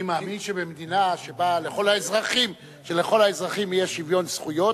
אני מאמין שבמדינה שבה לכל האזרחים יהיה שוויון זכויות,